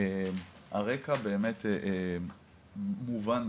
הרקע באמת מובן,